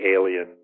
alien